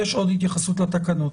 יש עוד התייחסות לתקנות.